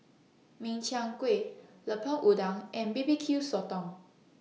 Min Chiang Kueh Lemper Udang and B B Q Sotong